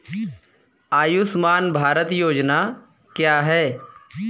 आयुष्मान भारत योजना क्या है?